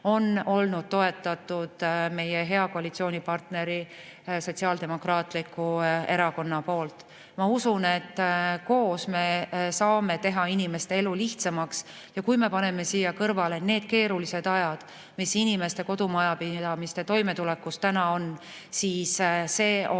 on toetanud meie hea koalitsioonipartner Sotsiaaldemokraatlik Erakond. Ma usun, et koos me saame teha inimeste elu lihtsamaks, ja kui paneme siia kõrvale need keerulised ajad, mis inimeste kodumajapidamiste toimetulekus täna on, siis [võib